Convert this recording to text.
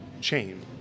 chain